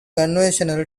controversial